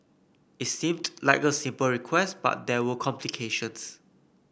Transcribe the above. it seemed like a simple request but there were complications